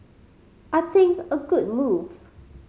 I think a good move